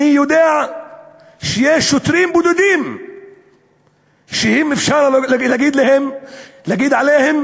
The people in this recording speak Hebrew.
אני יודע שיש שוטרים בודדים שאפשר להגיד עליהם